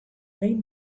behin